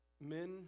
men